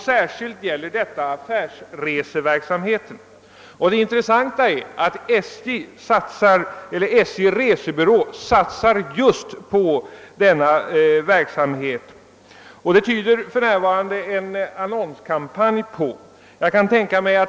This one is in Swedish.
Särskilt gäller det affärsreseverksamheten. Det intressanta är att SJ:s resebyråer satsar just på denna verksamhet, att döma av den annonskampanj som för närvarande pågår.